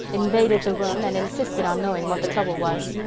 invaded the room, and insisted on knowing what the trouble was.